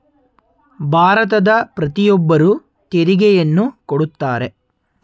ಭಾರತದ ಪ್ರತಿಯೊಬ್ಬರು ತೆರಿಗೆಯನ್ನು ಕೊಡುತ್ತಾರೆ